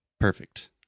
Perfect